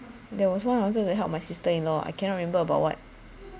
there was once I wanted to help my sister in law I cannot remember about what